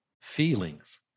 feelings